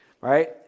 right